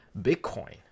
Bitcoin